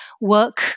work